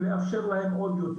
ומאפשר להם עוד יותר.